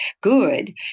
good